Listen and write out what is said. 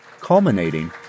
culminating